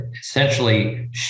essentially